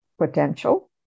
potential